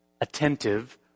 attentive